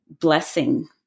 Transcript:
blessing